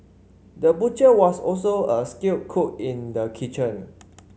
the butcher was also a skilled cook in the kitchen